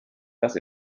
das